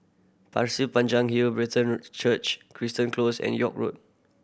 Pasir Panjang Hill Brethren Church Close and York Road